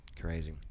Crazy